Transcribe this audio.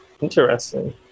Interesting